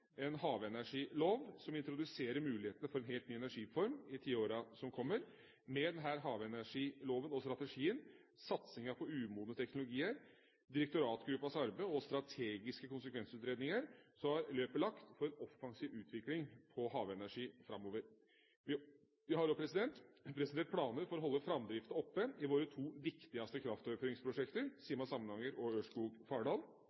en havenergilov, som introduserer mulighetene for en helt ny energiform i tiårene som kommer. Med denne havenergiloven og strategien, satsinga på umodne teknologier, direktoratgruppens arbeid og strategiske konsekvensutredninger er løpet lagt for en offensiv utvikling på havenergi framover. Vi har også presentert planer for å holde framdriften oppe i våre to viktigste kraftoverføringsprosjekter,